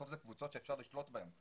בסוף אלה קבוצות אפשר לשלוט בהן.